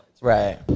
right